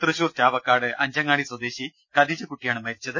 തൃശൂർ ചാവക്കാട് അഞ്ചങ്ങാടി സ്വദേശി കദീജക്കുട്ടിയാണ് മരിച്ചത്